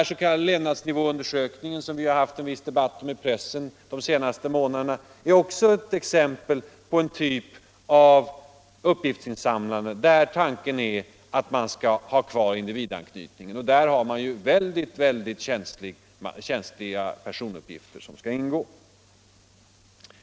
Den s.k. levnadsnivåundersökningen, som det förekommit en viss debatt om i pressen under de senaste månaderna, är också ett exempel på en typ av uppgiftsinsamlande där tanken är att man skall ha kvar individanknytningen. Och där är det mycket känsliga personuppgifter som skall ingå.